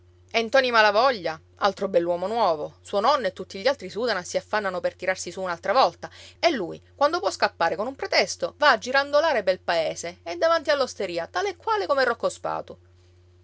e ntoni malavoglia altro bell'uomo nuovo suo nonno e tutti gli altri sudano e si affannano per tirarsi su un'altra volta e lui quando può scappare con un pretesto va a girandolare pel paese e davanti all'osteria tale e quale come rocco